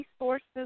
resources